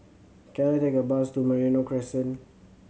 can I take a bus to Merino Crescent